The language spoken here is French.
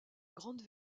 grande